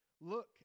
Look